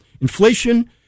inflation